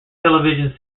television